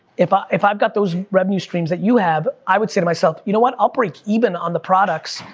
if ah if i've got those revenue streams that you have, i would say to myself, you know what, i'll break even on the products,